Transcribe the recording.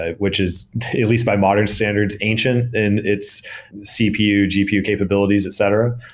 ah which is at least my modern standards ancient, and its cpu, gpu capabilities, etc.